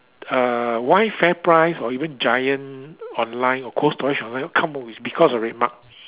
uh why FairPrice or even giant online or cold storage online come out with is because of RedMart